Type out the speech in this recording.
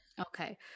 Okay